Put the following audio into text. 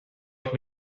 ich